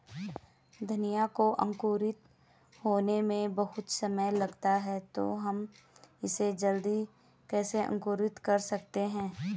धनिया को अंकुरित होने में बहुत समय लगता है तो हम इसे जल्दी कैसे अंकुरित कर सकते हैं?